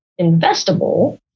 investable